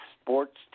sports